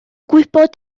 gwybod